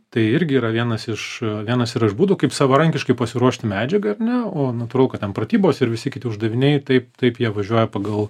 tai irgi yra vienas iš a vienas yra iš būdų kaip savarankiškai pasiruošt medžiagą ar ne o natūralu kad ten pratybos ir visi kiti uždaviniai taip taip jie važiuoja pagal